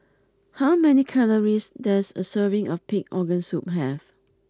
how many calories does a serving of Pig Organ Soup have